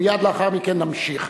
מייד לאחר מכן, נמשיך.